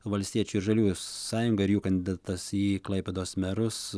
valstiečių ir žaliųjų sąjunga ir jų kandidatas į klaipėdos merus